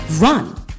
Run